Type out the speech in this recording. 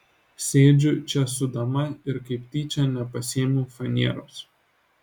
sėdžiu čia su dama ir kaip tyčia nepasiėmiau faneros